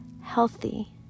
healthy